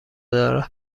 دارم